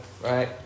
right